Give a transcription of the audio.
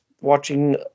watching